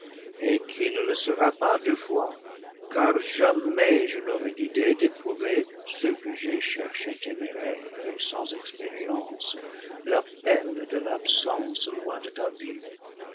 et qui ne le sera pas deux fois car jamais je n'aurai l'idée d'éprouver ce que j'ai cherché téméraire et sans expérience la peine de l'ab sence loin de ta vue